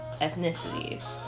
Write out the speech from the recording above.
ethnicities